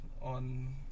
on